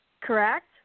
correct